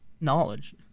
knowledge